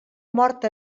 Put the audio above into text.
mort